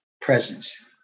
presence